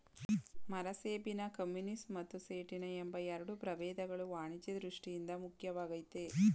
ಮರಸೇಬಿನ ಕಮ್ಯುನಿಸ್ ಮತ್ತು ಸೇಟಿನ ಎಂಬ ಎರಡು ಪ್ರಭೇದಗಳು ವಾಣಿಜ್ಯ ದೃಷ್ಠಿಯಿಂದ ಮುಖ್ಯವಾಗಯ್ತೆ